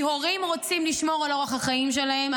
כי הורים רוצים לשמור על אורח החיים שלהם,